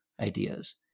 ideas